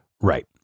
Right